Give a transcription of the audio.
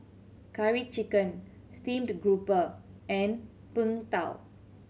Curry Chicken steamed grouper and Png Tao